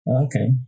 Okay